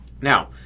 Now